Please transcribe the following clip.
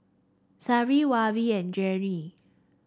Shari Weaver and Janene